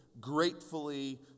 gratefully